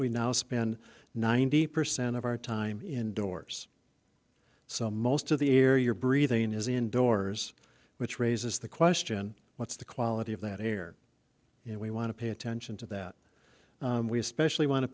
we now spend ninety percent of our time indoors so most of the air you're breathing in is indoors which raises the question what's the quality of that air and we want to pay attention to that we especially want to